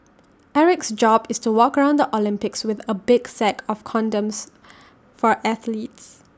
Eric's job is to walk around the Olympics with A big sack of condoms for athletes